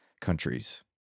countries